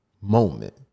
moment